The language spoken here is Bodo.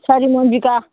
सारिमन बिगा